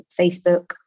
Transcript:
Facebook